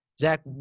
Zach